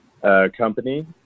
company